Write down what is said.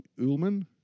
Ullman